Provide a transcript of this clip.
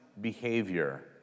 behavior